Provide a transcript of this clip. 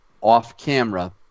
off-camera